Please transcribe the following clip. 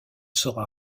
saura